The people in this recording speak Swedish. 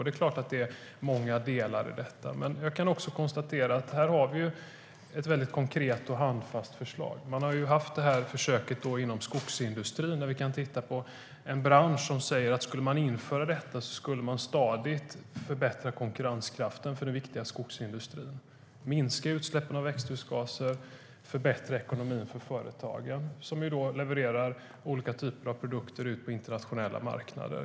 Det är klart att det finns många delar i detta. Men jag kan också konstatera att vi här har ett väldigt konkret och handfast förslag. Man har haft ett försök inom skogsindustrin. Branschen säger att man genom att införa detta skulle förbättra konkurrenskraften för den viktiga skogsindustrin stadigt, minska utsläppen av växthusgaser och förbättra ekonomin för företag som levererar olika typer av produkter ut på internationella marknader.